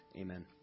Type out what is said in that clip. amen